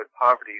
poverty